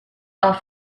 off